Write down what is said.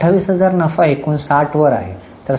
आता 28000 नफा एकूण 60 वर आहे